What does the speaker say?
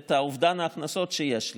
את אובדן ההכנסות שיש לה.